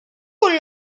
con